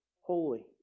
holy